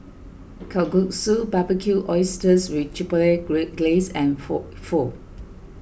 Kalguksu Barbecued Oysters with Chipotle great Glaze and Pho Pho